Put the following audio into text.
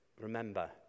remember